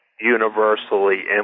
universally